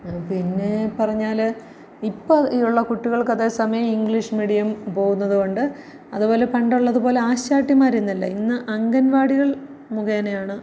പിന്നെ പറഞ്ഞാൽ ഇപ്പോൾ ഈയുള്ള കുട്ടികൾക്ക് അതേസമയം ഇംഗ്ലീഷ് മീഡിയം പോകുന്നത് കൊണ്ട് അതുപോലെ പണ്ടുള്ളത് പോലെ ആശാട്ടിമാർ ഇന്നില്ല ഇന്ന് അംഗൻവാടികൾ മുഖേനയാണ്